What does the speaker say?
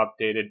updated